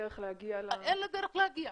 אין לה דרך להגיע.